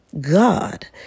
God